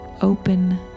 open